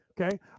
Okay